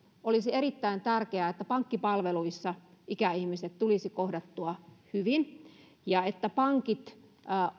olisi erittäin tärkeää että pankkipalveluissa ikäihmiset tulisi kohdattua hyvin ja että pankit